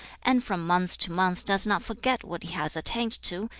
and from month to month does not forget what he has attained to,